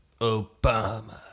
Obama